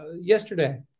yesterday